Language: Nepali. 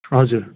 हजुर